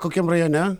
kokiam rajone